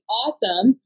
awesome